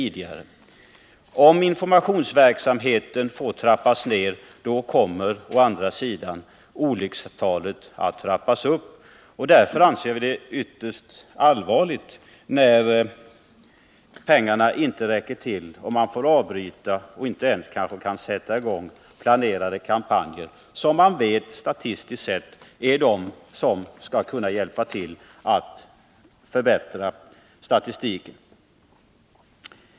Om informationsverksamheten trappas ned kommer å andra sidan olyckstalet att trappas upp. Därför anser vi att det är ytterst allvarligt när pengarna inte räcker till och man får avbryta kampanjer eller inte ens kan sätta i gång planerade kampanjer, som man vet kan hjälpa till att förbättra statistiken.